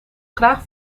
graag